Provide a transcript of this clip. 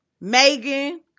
Megan